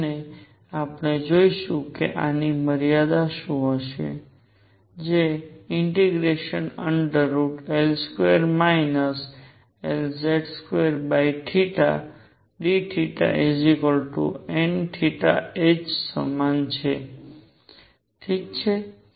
અને આપણે જોઈશું કે આની મર્યાદાઓ શું હશે જે ∫L2 Lz2 dθnh ના સમાન છે રાઇટ